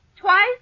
Twice